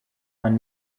man